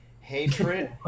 hatred